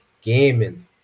gaming